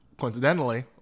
Coincidentally